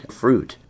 fruit